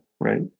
right